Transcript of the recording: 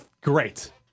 great